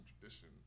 tradition